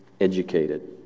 educated